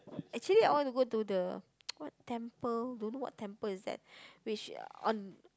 actually I want to go to the what temple don't know what temple is that which uh on